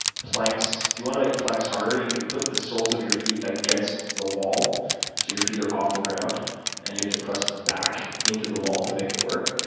planks. if you want to make planks harder, you can put the soles of your feet against the wall so your feet are off the ground and you have to press back into the wall to make it work.